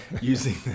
using